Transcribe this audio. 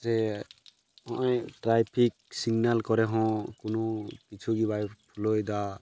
ᱥᱮ ᱦᱚᱜᱼᱚᱸᱭ traffic signal ᱠᱚᱨᱮ ᱦᱚᱸ ᱠᱳᱱᱳ ᱠᱤᱪᱷᱩᱜᱮ ᱵᱟᱭ ᱯᱷᱚᱞᱳᱭᱮᱫᱟ